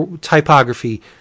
typography